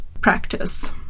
practice